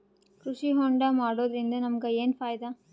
ಕೃಷಿ ಹೋಂಡಾ ಮಾಡೋದ್ರಿಂದ ನಮಗ ಏನ್ ಫಾಯಿದಾ?